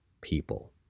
People